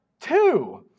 two